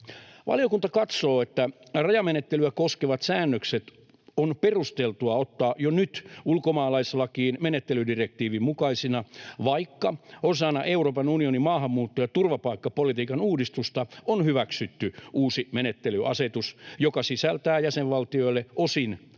Valiokunta katsoo, että rajamenettelyä koskevat säännökset on perusteltua ottaa jo nyt ulkomaalaislakiin menettelydirektiivin mukaisina, vaikka osana Euroopan unionin maahanmuutto- ja turvapaikkapolitiikan uudistusta on hyväksytty uusi menettelyasetus, joka sisältää jäsenvaltioille osin